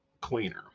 cleaner